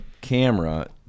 camera